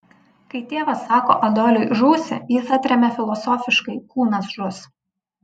kai tėvas sako adoliui žūsi jis atremia filosofiškai kūnas žus